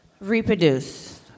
reproduce